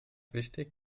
wichtig